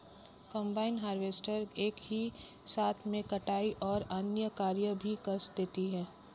combine harvester एक ही साथ में कटाई और अन्य कार्य भी कर देती है